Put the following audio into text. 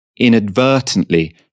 inadvertently